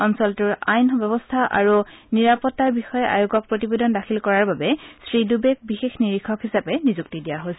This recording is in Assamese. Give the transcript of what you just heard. অঞ্চলটোৰ আইন ব্যৱস্থা আৰু নিৰাপত্তাৰ বিষয়ে আয়োগক প্ৰতিবেদন দাখিল কৰাৰ বাবে শ্ৰীড়বেক বিশেষ নিৰীক্ষক হিচাপে নিযুক্তি দিয়া হৈছে